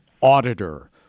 auditor